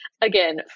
again